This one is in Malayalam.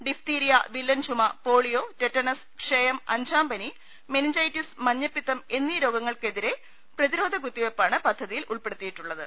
ഡിഫ്തീരിയ വില്ലൻ ചുമ പോളിയോ ടെറ്റനസ് ക്ഷയം അഞ്ചാം പനി മെനിഞ്ചൈറ്റിസ് മഞ്ഞപ്പിത്തം എന്നീ രോഗങ്ങൾക്കെതിരെ പ്രതിരോധ കുത്തിവെപ്പാണ് പദ്ധതി യിൽ ഉൾപ്പെടുത്തിയിട്ടുള്ളത്